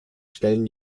stellen